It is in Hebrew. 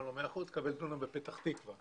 אומרים לו שהוא יקבל דונם בפתח תקווה.